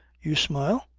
you smile?